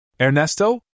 Ernesto